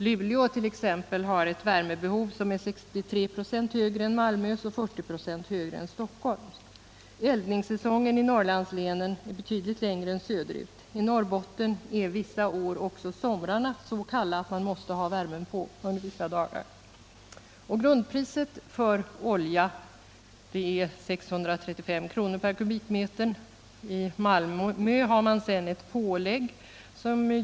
Luleå t.ex. har ett värmebehov som är 63 26 högre än Malmös och 40 24 högre än Stockholms. Eldningssäsongen är i Norrlandslänen betydligt längre än söderut. I Norrbotten är vissa år också somrarna så kalla att man vissa dagar måste ha värmen på.